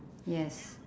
yes